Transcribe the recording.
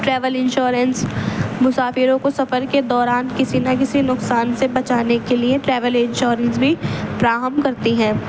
travel insurance مسافروں کو سفر کے دوران کسی نہ کسی نقصان سے بچانے کے لیے ٹریول انشورنس بھی فراہم کرتی ہیں